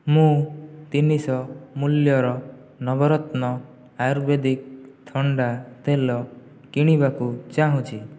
ମୁଁ ତିନିଶହ ମୂଲ୍ୟର ନବରତ୍ନ ଆୟୁର୍ବେଦିକ ଥଣ୍ଡା ତେଲ କିଣିବାକୁ ଚାହୁଁଛି